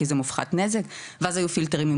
כי זה מופחת נזק ואז היו פילטרים עם